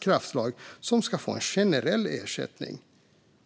kraftslag som ska få en generell ersättning.